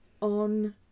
on